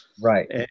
Right